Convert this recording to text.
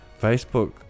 Facebook